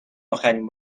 اخرین